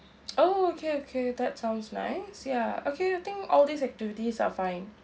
oh okay okay that sounds nice ya okay I think all these activities are fine